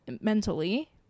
mentally